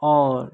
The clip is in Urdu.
اور